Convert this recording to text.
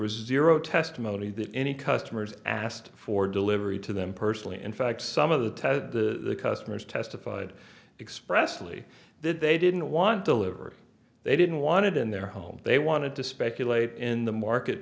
was zero testimony that any customers asked for delivery to them personally in fact some of the customers testified expressly that they didn't want delivery they didn't want it in their home they wanted to speculate in the market